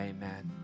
Amen